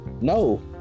no